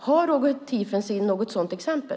Har Roger Tiefensee något sådant exempel?